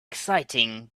exciting